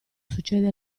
succede